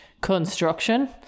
construction